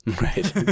Right